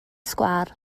sgwâr